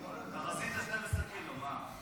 רזית 12 קילו, מה?